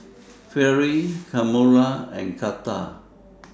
Vere Kamora and Carter